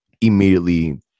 immediately